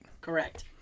Correct